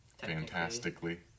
Fantastically